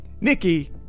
Nikki